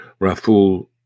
Raful